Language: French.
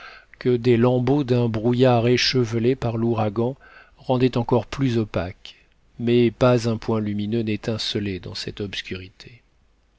que des lambeaux d'un brouillard échevelés par l'ouragan rendaient encore plus opaque mais pas un point lumineux n'étincelait dans cette obscurité